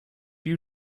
you